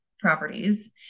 properties